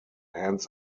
hands